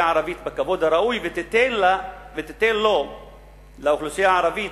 הערבית בכבוד הראוי וייתנו לאוכלוסייה הערבית,